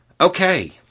Okay